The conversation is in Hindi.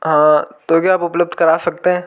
हाँ तो क्या आप उपलब्ध करा सकते है